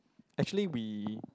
actually we